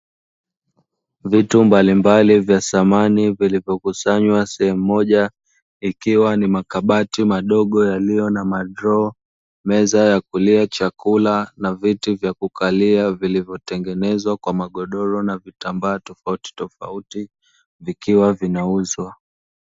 Vitu mbalimbali vya samani vilivyokusanywa sehemu moja ikiwa ni makabati madogo yaliyo na madroo, meza ya kulia chakula na viti vya kukalia, vilivyotengenezwa kwa magodoro na vitambaa tofautitofauti vikiwa vinauzwa.